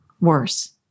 worse